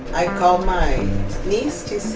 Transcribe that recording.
i called my niece, she's